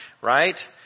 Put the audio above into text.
right